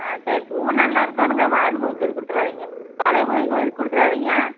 ஆ சரி பூ நல்லா இருக்கணுங்க வாடி போய் இது கொடுத்துடாதீங்க பழைய பூ எதுவும் கொடுத்துடாதீங்க